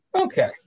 Okay